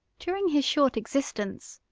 during his short existence,